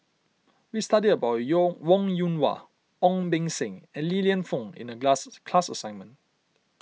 we studied about you Wong Yoon Wah Ong Beng Seng and Li Lienfung in the class assignment